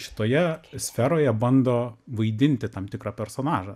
šitoje sferoje bando vaidinti tam tikrą personažą